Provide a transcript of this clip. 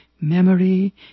memory